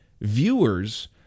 viewers